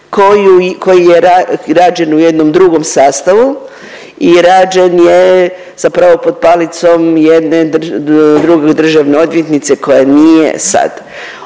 koji je rađen u jednom drugom sastavu i rađen je zapravo pod palicom jedne druge državne odvjetnice koja nije sad.